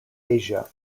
asia